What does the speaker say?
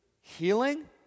healing